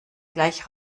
gleich